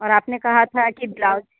और आपने कहा था की ब्लाउज